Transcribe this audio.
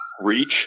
reach